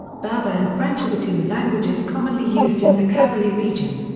berber and french are the two languages commonly used in the kabylie region.